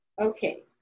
Okay